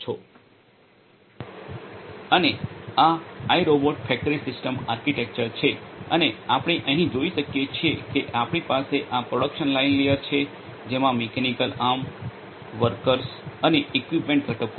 અને આ iRobot factory system architecture છે અને આપણે અહીં જોઈ શકીએ છીએ કે આપણી પાસે આ પ્રોડક્શન લાઇન લેયર છે જેમાં મિકેનિકલ આર્મ વર્કર્સ અને ઇક્વિપમેન્ટ ઘટકો છે